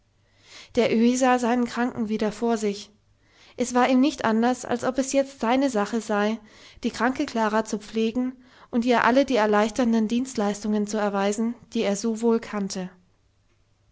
der öhi sah seinen kranken wieder vor sich es war ihm nicht anders als ob es jetzt seine sache sei die kranke klara zu pflegen und ihr alle die erleichternden dienstleistungen zu erweisen die er so wohl kannte